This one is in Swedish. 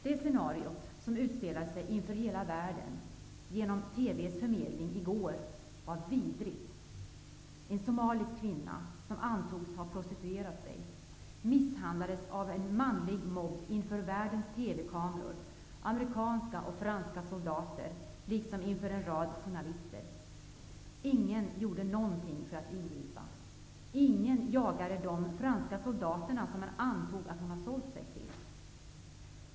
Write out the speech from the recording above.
Det scenario som utspelade sig inför hela världen genom TV:s förmedling i går var vidrigt. En somalisk kvinna, som antogs ha prostituerat sig, misshandlades inför världens TV-kameror liksom inför en rad journalister, amerikanska och franska soldater. Ingen gjorde något för att ingripa. Ingen jagade heller de franska soldaterna, som man antog att hon sålt sig till.